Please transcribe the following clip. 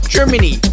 Germany